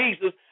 Jesus